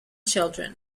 children